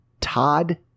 Todd